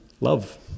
love